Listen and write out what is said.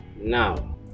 now